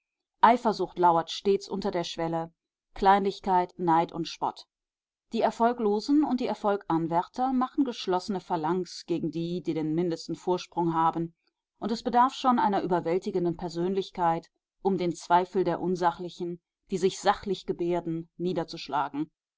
eifersucht lauert stets unter der schwelle kleinlichkeit neid und spott die erfolglosen und die erfolganwärter machen geschlossene phalanx gegen die die den mindesten vorsprung haben und es bedarf schon einer überwältigenden persönlichkeit um den zweifel der unsachlichen die sich sachlich gebärden niederzuschlagen